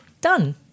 done